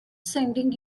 sending